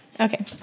Okay